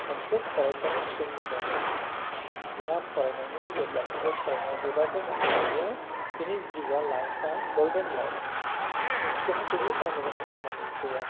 मोनसे फरायसानि सिमना दङ बेहा फरायनायनि जेब्लासिम बे फरायनाया जोबागौमानि बियो बिनि जिउया लाइफया गलडेन लाइफ बेहा जेबो मावनो गोनां खामानि गैया